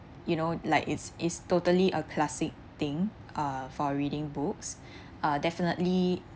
you know like it's it's totally a classic thing uh for reading books uh definitely